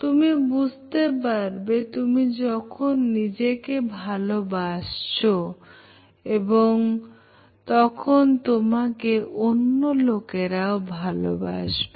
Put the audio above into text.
তুমি বুঝতে পারবে তুমি যখন নিজেকে ভালোবাসছো এবং তখন তোমাকে অন্য লোকেরাও ভালবাসবে